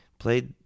played